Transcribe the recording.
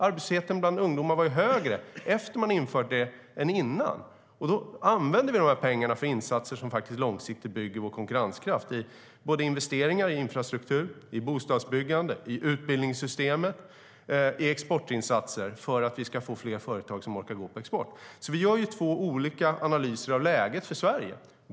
Arbetslösheten bland ungdomar var högre efter att man infört det än innan. Vi använder i stället de här pengarna till insatser som långsiktigt bygger vår konkurrenskraft genom investeringar i infrastruktur, bostadsbyggande, utbildningssystemet och exportinsatser som är till för att vi ska få fler företag som orkar gå på export. Vi gör alltså två olika analyser av läget för Sverige.